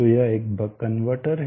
तो यह एक बक कनवर्टर है